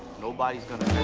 nobody's gonna